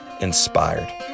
inspired